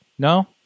No